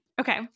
Okay